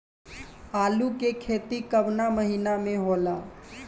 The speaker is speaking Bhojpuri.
आलू के खेती कवना महीना में होला?